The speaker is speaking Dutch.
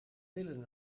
willen